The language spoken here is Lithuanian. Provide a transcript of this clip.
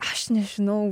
aš nežinau